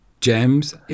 gems